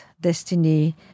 destiny